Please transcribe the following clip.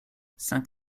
cinq